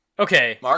Okay